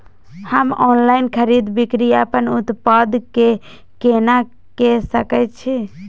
हम ऑनलाइन खरीद बिक्री अपन उत्पाद के केना के सकै छी?